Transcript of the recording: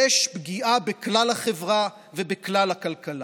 יש פגיעה בכלל החברה ובכלל הכלכלה,